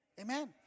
Amen